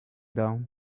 down